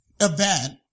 event